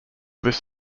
this